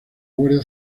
guardia